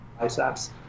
biceps